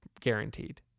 guaranteed